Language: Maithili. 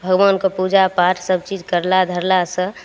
भगवानके पूजापाठ सभचीज करला धरलासँ